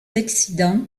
accident